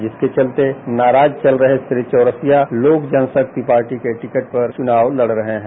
जिसके चलते नाराज चल रहे श्री चौरसिया लोक जनशक्ति पार्टी के टिकट पर चुनाव लड रहे हैं